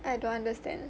I don't understand